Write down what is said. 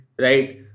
Right